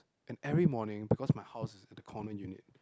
and every morning because my house is at the common unit